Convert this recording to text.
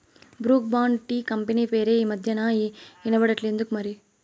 Brooke Bond tea company పేరే ఈ మధ్యనా ఇన బడట్లా ఎందుకోమరి